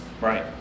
Right